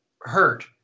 hurt